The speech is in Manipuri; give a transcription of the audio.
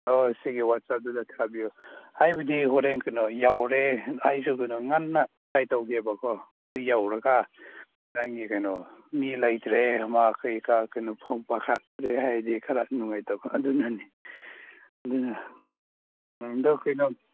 ꯍꯣꯏ ꯁꯤꯒꯤ ꯋꯥꯠꯁꯑꯞꯇꯨꯗ ꯊꯥꯕꯤꯌꯣ ꯍꯥꯏꯕꯗꯤ ꯍꯣꯔꯦꯟ ꯀꯩꯅꯣ ꯌꯧꯔꯦ ꯑꯩꯁꯨ ꯀꯩꯅꯣ ꯉꯟꯅ ꯇ꯭ꯔꯥꯏ ꯇꯧꯒꯦꯕ ꯀꯣ ꯑꯗꯨ ꯌꯧꯔꯒ ꯅꯪꯒꯤ ꯀꯩꯅꯣ ꯃꯤ ꯂꯩꯇ꯭ꯔꯦ ꯃꯥ ꯀꯔꯤ ꯀꯔꯥ ꯀꯩꯅꯣ ꯐꯣꯟ ꯄꯥꯏꯈꯠꯇ꯭ꯔꯦ ꯍꯥꯏꯔꯗꯤ ꯈꯔ ꯅꯨꯡꯉꯥꯏꯇꯕ ꯑꯗꯨꯅꯅꯤ ꯑꯗꯨꯅ ꯑꯗꯣ ꯀꯩꯅꯣ